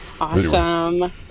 Awesome